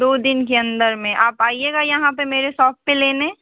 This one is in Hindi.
दाे दिन के अंदर में आप आइएगा यहाँ पर मेरे सॉप पर लेने